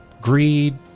greed